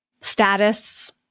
status